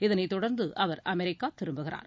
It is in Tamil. இதனைத்தொடர்ந்து அவர் அமெரிக்கா திரும்புகிறார்